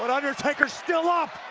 but undertaker's still up!